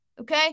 okay